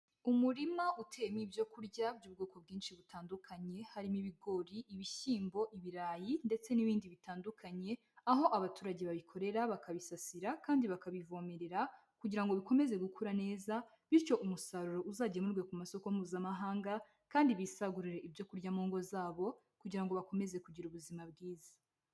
Umurima uteyemo ibyo kurya by'ubwoko bwinshi butandukanye, harimo ibigori, ibishyimbo, ibirayi ndetse n'ibindi bitandukanye, aho abaturage babikorera, bakabisasira kandi bakabivomerera kugira ngo bikomeze gukura neza bityo umusaruro uzagemurwe ku masoko mpuzamahanga kandi bisagurire ibyo kurya mu ngo zabo kugira ngo bakomeze kugira ubuzima bwiza.